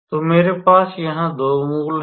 तो मेरे पास यहां दो मूल हैं